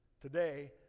Today